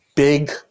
Big